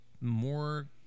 more